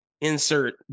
insert